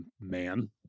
man